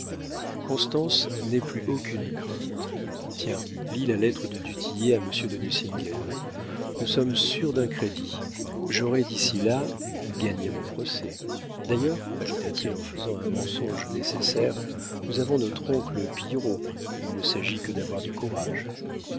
constance n'aie plus aucune crainte tiens lis la lettre de du tillet à monsieur de nucingen nous sommes sûrs d'un crédit j'aurai d'ici là gagné mon procès d'ailleurs ajouta-t-il en faisant un mensonge nécessaire nous avons notre oncle pillerault il ne s'agit que d'avoir du courage